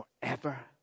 forever